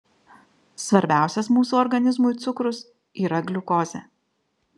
svarbiausias mūsų organizmui cukrus yra gliukozė